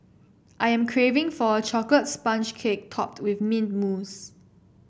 I am craving for a chocolate sponge cake topped with mint mousse